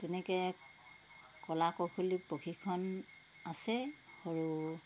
তেনেকৈ কলা কৌশলী প্ৰশিক্ষণ আছে সৰু